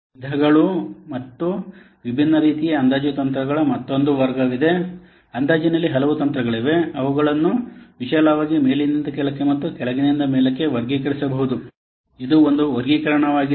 ವಿಧಗಳು ವಿಭಿನ್ನ ರೀತಿಯ ಅಂದಾಜು ತಂತ್ರಗಳ ಮತ್ತೊಂದು ವರ್ಗವಿದೆ ಅಂದಾಜಿನಲ್ಲಿ ಹಲವು ತಂತ್ರಗಳಿವೆ ಅವುಗಳನ್ನು ವಿಶಾಲವಾಗಿ ಮೇಲಿನಿಂದ ಕೆಳಕ್ಕೆ ಮತ್ತು ಕೆಳಗಿನಿಂದ ಮೇಲಕ್ಕೆ ವರ್ಗೀಕರಿಸಬಹುದು ಇದು ಒಂದು ವರ್ಗೀಕರಣವಾಗಿದೆ